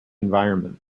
environment